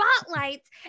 spotlights